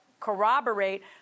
corroborate